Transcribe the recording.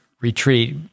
retreat